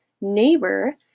neighbor